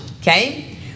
okay